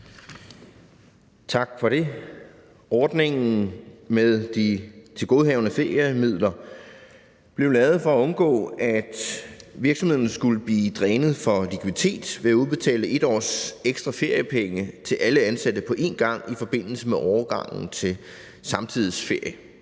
Tak for det. Ordningen med de tilgodehavende feriemidler blev lavet for at undgå, at virksomhederne skulle blive drænet for likviditet ved at udbetale 1 års ekstra feriepenge til alle ansatte på én gang i forbindelse med overgangen til samtidighedsferie.